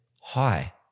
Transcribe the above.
high